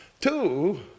two